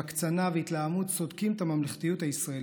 הקצנה והתלהמות סודקים את הממלכתיות הישראלית.